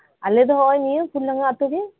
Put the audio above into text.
ᱟᱞᱮᱫᱚ ᱱᱚᱜᱚᱭ ᱱᱤᱭᱟᱹ ᱯᱷᱩᱞᱰᱟᱸᱜᱟ ᱟᱛᱩᱨᱮ